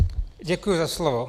Děkuji za slovo.